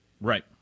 right